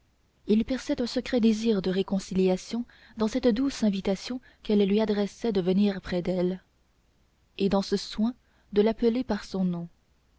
il perçait un secret désir de réconciliation dans cette douce invitation qu'elle lui adressait de venir près d'elle et dans ce soin de l'appeler par son nom